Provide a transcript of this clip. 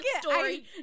story